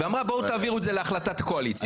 ואמרה בואו תעבירו את זה להחלטת הקואליציה,